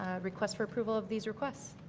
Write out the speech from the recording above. ah request for approval of these requests.